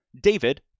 David